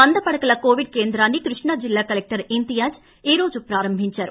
వంద పడకల కొవిడ్ కేంద్రాన్ని కృష్ణా జిల్లా కలెక్టర్ ఇంతియాజ్ ఈరోజు ప్రారంభించారు